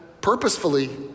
purposefully